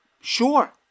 sure